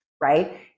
right